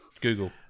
Google